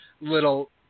little